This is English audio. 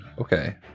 okay